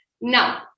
Now